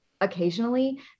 occasionally